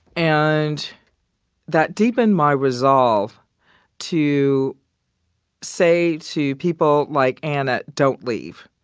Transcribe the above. and that deepened my resolve to say to people like anna, don't leave.